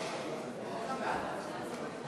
בצלאל סמוטריץ ויצחק וקנין לסגנים ליושב-ראש הכנסת נתקבלה.